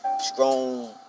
strong